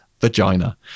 vagina